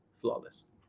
flawless